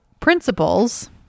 principles